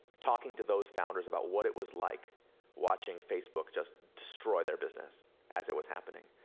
talking to those founders about what it was like watching facebook just destroy their business as it was happening.